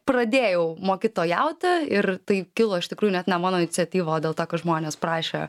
pradėjau mokytojauti ir tai kilo iš tikrųjų net ne mano iniciatyva o dėl to kad žmonės prašė